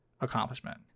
accomplishment